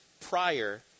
prior